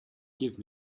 give